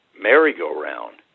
merry-go-round